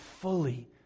fully